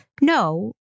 no